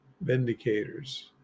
vindicators